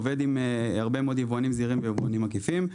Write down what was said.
עובד עם הרבה מאוד יבואנים זעירים ויבואנים עקיפים.